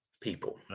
people